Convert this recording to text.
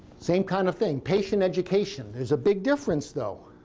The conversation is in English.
same kind of thing patient education. there's a big difference, though.